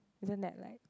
isn't that like